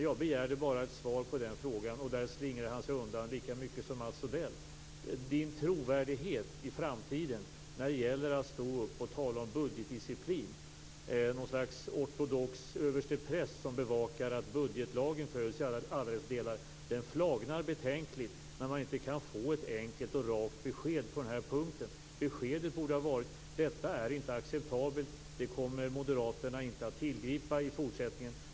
Jag begärde bara ett svar på frågan. Men där slingrar han sig undan lika mycket som Mats Odell. Bo Lundgrens trovärdighet i framtiden när det gäller att stå upp och tala om budgetdisciplin - som något slags ortodox överstepräst som bevakar att budgetlagen följs i alla dess delar - flagnar betänkligt när man inte kan få ett enkelt och rakt besked på den här punkten. Beskedet borde ha varit: Detta är inte acceptabelt. Det kommer moderaterna inte att tillgripa i fortsättningen.